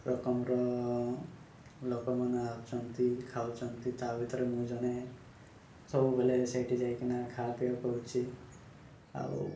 ରକମର ଲୋକମାନେ ଆସନ୍ତି ଖାଉଛନ୍ତି ତା ଭିତରେ ମୁଁ ଜଣେ ସବୁବେଳେ ସେଇଠି ଯାଇକିନା ଖା ପିଅ କରୁଛି ଆଉ